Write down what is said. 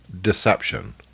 deception